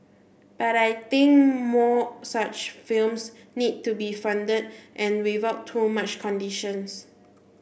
but I think more such films need to be funded and without too much conditions